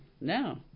No